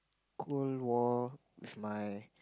cold war with my